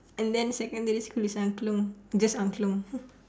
and then secondary school is angklung just angklung